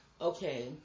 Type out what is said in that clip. okay